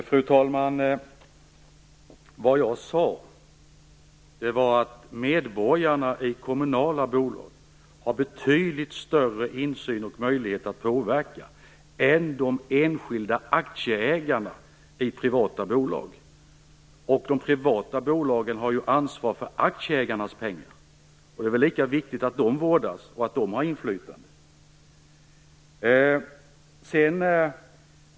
Fru talman! Vad jag sade var att medborgarna har betydligt större insyn i och möjlighet att påverka kommunala bolag än vad enskilda aktieägare har när det gäller privata bolag. De privata bolagen har ju ansvar för aktieägarnas pengar, och det är väl lika viktigt att de vårdas och att aktieägarna har inflytande.